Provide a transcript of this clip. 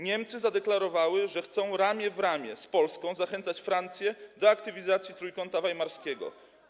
Niemcy zadeklarowały, że chcą ramię w ramię z Polską zachęcać Francję do aktywizacji Trójkąta Weimarskiego.